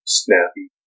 snappy